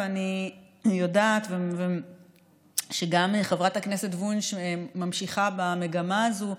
אני יודעת שגם חברת הכנסת וונש ממשיכה במגמה הזאת,